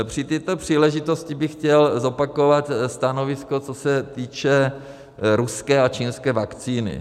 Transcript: Při této příležitosti bych chtěl zopakovat stanovisko, co se týče ruské a čínské vakcíny.